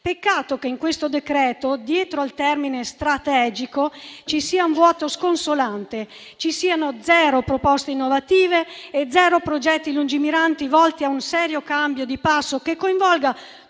Peccato che in questo decreto, dietro al termine «strategico» ci sia un vuoto sconsolante, ci siano zero proposte innovative e zero progetti lungimiranti volti a un serio cambio di passo che coinvolga